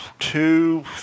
Two